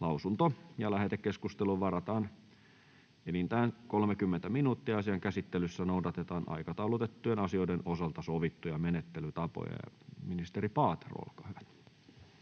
lausunto. Lähetekeskusteluun varataan enintään 30 minuuttia. Asian käsittelyssä noudatetaan aikataulutettujen asioiden osalta sovittuja menettelytapoja. — Ministeri Paatero, olkaa hyvä.